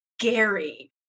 scary